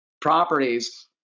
properties